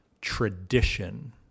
tradition